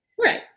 Right